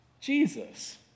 Jesus